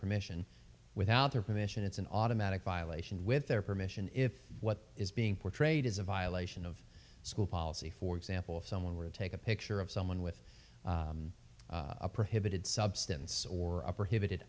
permission without their permission it's an automatic violation with their permission if what is being portrayed is a violation of school policy for example if someone were to take a picture of someone with a prohibited substance or oper